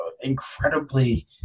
incredibly